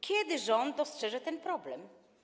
Kiedy rząd dostrzeże ten problem?